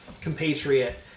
compatriot